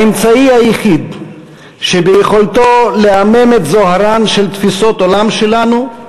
האמצעי היחיד שביכולתו לעמעם את זוהרן של תפיסות העולם שלנו,